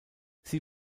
sie